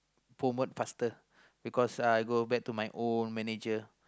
promote faster because uh I go back to my own manager